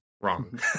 wrong